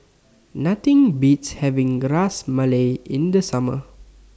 Nothing Beats having Gras Malai in The Summer